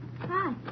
Hi